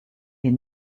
est